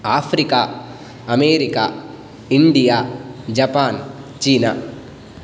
Africa America India Japan China